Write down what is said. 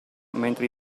mentre